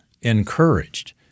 encouraged